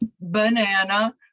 banana